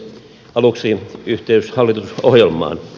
aluksi yhteys hallitusohjelmaan